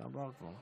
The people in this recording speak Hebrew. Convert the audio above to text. תראה,